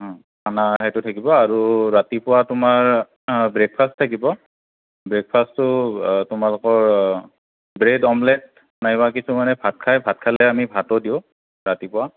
অঁ আমাৰ সেইটো থাকিব আৰু ৰাতিপুৱা তোমাৰ ব্ৰেকফাষ্ট থাকিব ব্ৰেকফাষ্টটো তোমালোকৰ ব্ৰেড অমলেট নাইবা কিছুমানে ভাত খাই ভাত খালে আমি ভাতো দিওঁ ৰাতিপুৱা